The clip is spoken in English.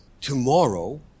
Tomorrow